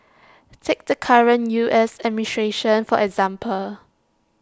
take the current U S administration for example